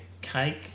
cake